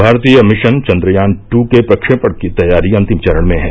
भारतीय mission Chandrayaan two के प्रक्षेपण की तैयारी अंतिम चरण में है